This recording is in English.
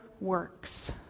works